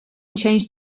changed